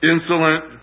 Insolent